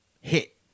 hit